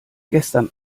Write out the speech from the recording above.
gestern